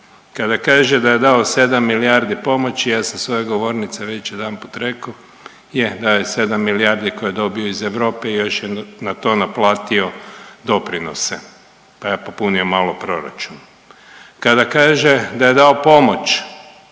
Kada kaže da je dao sedam milijardi pomoći ja sam s ove govornice već jedanput rekao je dao je sedam milijardi koje je dobio iz Europe i još je na to naplati doprinose pa je popunio malo proračun. Kada kaže da je dao pomoć,